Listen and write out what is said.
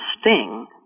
sting